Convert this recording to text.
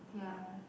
ya